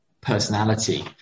personality